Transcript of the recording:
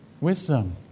Wisdom